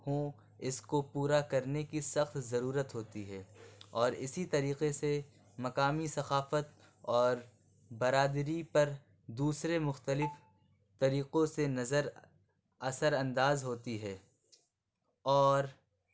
ہوں اس کو پورا کرنے کی سخت ضرورت ہوتی ہے اور اسی طریقے سے مقامی ثقافت اور برادری پر دوسرے مختلف طریقوں سے نظر اثر انداز ہوتی ہے اور